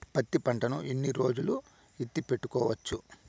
పత్తి పంటను ఎన్ని రోజులు ఎత్తి పెట్టుకోవచ్చు?